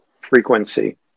frequency